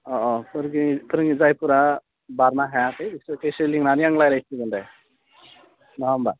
अ अ फोरोंगिरि फोरोंगिरि जायफोरा बारनो हायाखै बिसोरखो एसे लिंनानै आं रायज्लायसिगोन दे नङा होमब्ला